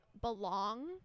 belong